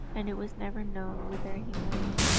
and it was never known whither he went.